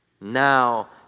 now